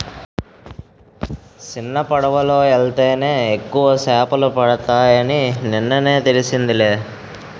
సిన్నపడవలో యెల్తేనే ఎక్కువ సేపలు పడతాయని నిన్నే తెలిసిందిలే